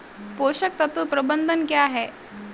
पोषक तत्व प्रबंधन क्या है?